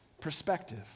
perspective